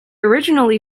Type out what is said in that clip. originally